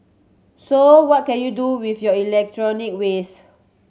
so what can you do with your electronic waste